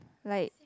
like